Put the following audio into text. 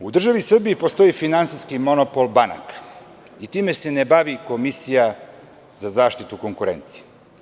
U državi Srbiji postoji finansijski monopol banaka i time se ne bavi Komisija za zaštitu konkurencije.